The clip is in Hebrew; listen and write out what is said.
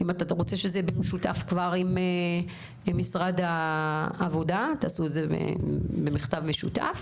ואם אתה רוצה שזה יהיה במשותף עם משרד העבודה תעשו את זה במכתב משותף